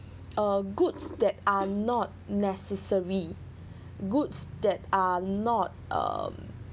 uh goods that are not necessary goods that are not um